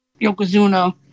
Yokozuna